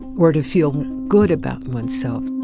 or to feel good about oneself.